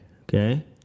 okay